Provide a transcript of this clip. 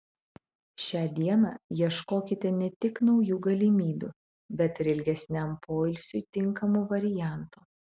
šią dieną ieškokite ne tik naujų galimybių bet ir ilgesniam poilsiui tinkamų variantų